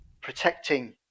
protecting